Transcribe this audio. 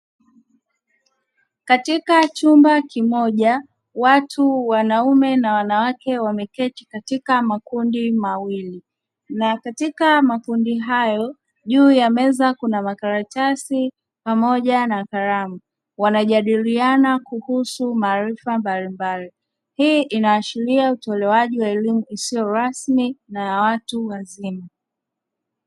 Katika chumba kimoja watu wanaume na wanawake wameketi katika makundi mawili na katika makundi hayo, juu ya meza kuna makaratasi pamoja na kalamu wanajadiliana kuhusu maarifa mbalimbali, hii inaashiria utolewaji wa elimu isiyo rasmi na ya watu wazima.